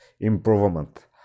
improvement